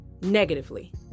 negatively